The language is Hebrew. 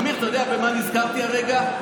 אמיר, אתה יודע במה נזכרתי כרגע?